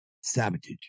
Sabotage